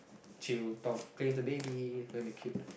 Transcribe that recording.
chill talk play with the baby then the cute